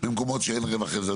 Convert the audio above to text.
במקומות שאין רווח.